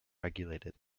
regulated